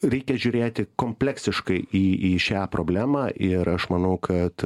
reikia žiūrėti kompleksiškai į į šią problemą ir aš manau kad